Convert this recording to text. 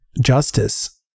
justice